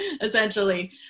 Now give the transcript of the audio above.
essentially